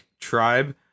tribe